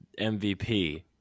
MVP